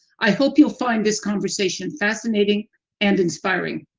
i hope you'll find this conversation fascinating and inspiring.